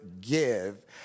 give